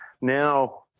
now